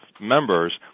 members